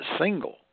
single